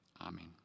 Amen